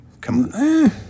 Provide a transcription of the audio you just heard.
Come